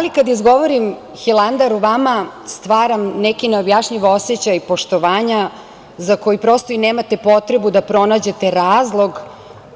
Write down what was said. Da li kad izgovaram - Hilandar, u vama stvaram neki neobjašnjiv osećaj poštovanja za koji prosto i nemate potrebu da pronađete razlog